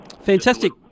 Fantastic